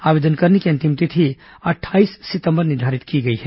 आवेदन करने की अंतिम तिथि अट्ठाईस सितंबर निर्धारित की गई है